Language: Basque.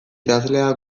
idazlea